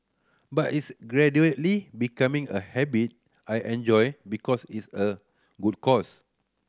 but it's gradually becoming a habit I enjoy because it's a good cause